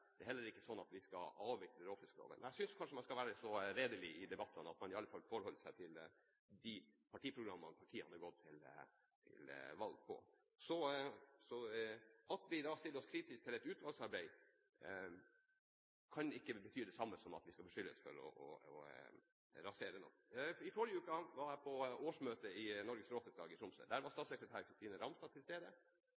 Det er heller ikke sånn at vi skal avvikle råfiskloven. Jeg synes man skal være så redelig i debattene at man i alle fall forholder seg til de partiprogrammene partiene har gått til valg på. At vi stiller oss kritiske til et utvalgsarbeid, kan ikke bety det samme som at vi skal beskyldes for å rasere noe. I forrige uke var jeg på årsmøte i Norges Råfisklag i Tromsø. Der var